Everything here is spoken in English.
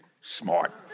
smart